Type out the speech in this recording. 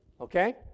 Okay